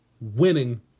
winning